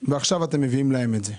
ועכשיו אתם מביאים להם את זה.